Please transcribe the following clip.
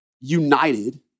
united